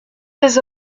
des